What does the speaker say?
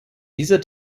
dieser